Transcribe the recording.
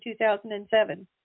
2007